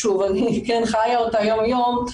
אני חיה אותה יום-יום,